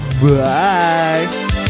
Bye